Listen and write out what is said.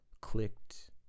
clicked